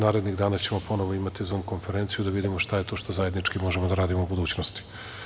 Narednih dana ću ponovo imati zum konferenciju da vidimo šta je to što zajednički možemo da radimo u budućnosti.